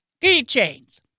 keychains